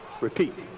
Repeat